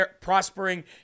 prospering